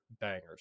bangers